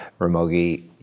Ramogi